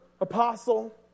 apostle